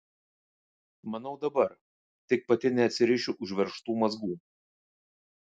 manau dabar tik pati neatsirišiu užveržtų mazgų